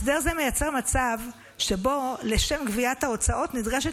הסדר זה מייצר מצב שבו לשם גביית ההוצאות נדרשת